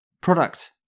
Product